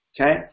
Okay